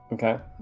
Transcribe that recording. Okay